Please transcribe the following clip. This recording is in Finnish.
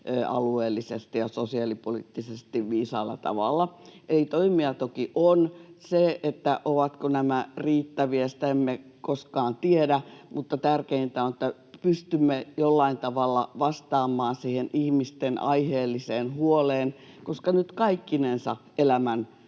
alueellisesti ja sosiaalipoliittisesti viisaalla tavalla. Eli toimia toki on. Sitä, ovatko nämä riittäviä, emme koskaan tiedä, mutta tärkeintä on, että pystymme jollain tavalla vastaamaan siihen ihmisten aiheelliseen huoleen, koska nyt kaikkinensa elämän